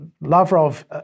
Lavrov